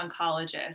oncologist